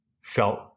felt